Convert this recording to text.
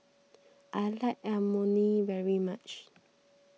I like Imoni very much